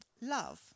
love